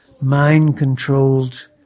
mind-controlled